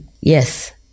yes